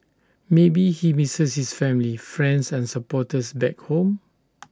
maybe he misses his family friends and supporters back home